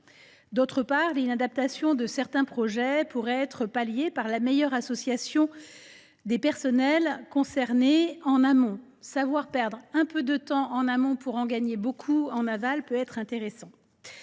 D’autre part, l’inadaptation de certains projets pourrait être palliée par une meilleure association en amont des personnels concernés. Savoir perdre un peu de temps en amont pour en gagner beaucoup en aval est d’un intérêt